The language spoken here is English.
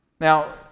Now